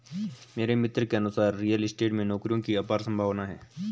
मेरे मित्र के अनुसार रियल स्टेट में नौकरियों की अपार संभावना है